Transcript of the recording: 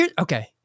Okay